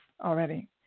already